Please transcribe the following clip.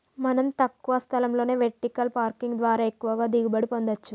మనం తక్కువ స్థలంలోనే వెర్టికల్ పార్కింగ్ ద్వారా ఎక్కువగా దిగుబడి పొందచ్చు